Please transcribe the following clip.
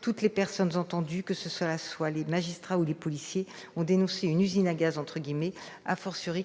Toutes les personnes entendues, que ce soit les magistrats ou les policiers, ont dénoncé une usine à gaz,